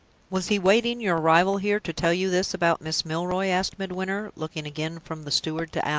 was he waiting your arrival here to tell you this about miss milroy? asked midwinter, looking again from the steward to allan.